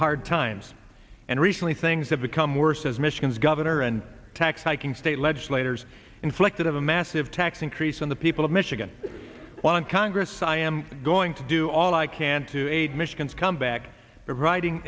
hard times and recently things have become worse as michigan's governor and tax hiking state legislators inflected of a massive tax increase on the people of michigan want congress i am going to do all i can to aid michigan's comeback writing